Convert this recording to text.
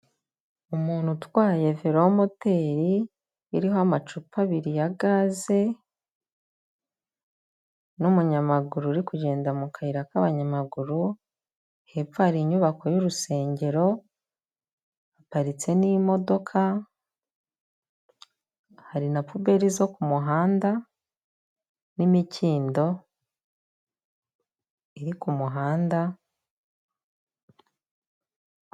Umuntu utwaye velomoteri iriho amacupa abiri ya gaze, n'umunyamaguru uri kugenda mu kayira k'abanyamaguru, hepfo hari inyubako y'urusengero, haparitse n'imodoka, hari na pubeli zo ku muhanda, n'imikindo iri ku muhanda.